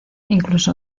incluso